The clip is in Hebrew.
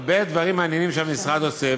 אבל יש הרבה דברים מעניינים שהמשרד עושה,